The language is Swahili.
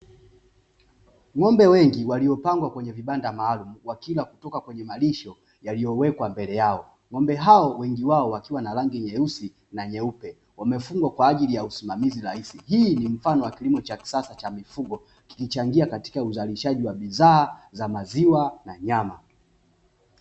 Ng'ombe wengi waliopangwa kwenye vibanda maalumu, wakila kutoka kwenye malisho yaliyowekwa mbele yao, ng'ombe hao wengi wao wakiwa na rangi nyeusi na nyeupe, wamefugwa kwa ajili ya usimamizi rahisi, hii ni mfano wa kilimo cha kisasa cha mifugo ,kikichangia katika uzalishaji wa bidhaa za maziwa na nyama.